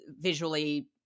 visually